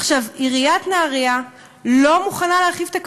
עיריית נהריה לא מוכנה להרחיב את הכביש.